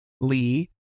Lee